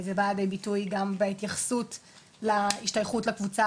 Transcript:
זה בא לידי ביטוי גם בהתייחסות להשתייכות לקבוצה,